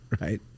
right